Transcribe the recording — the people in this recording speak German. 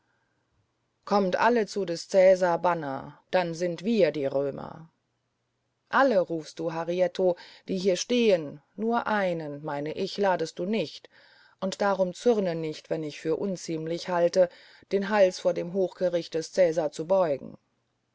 kommt alle zu des cäsar banner dann sind wir die römer alle rufst du harietto die hier stehen nur einen meine ich ladest du nicht und darum zürne nicht wenn ich für unziemlich halte den hals vor dem hochgericht des cäsar zu beugen